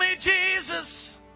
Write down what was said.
Jesus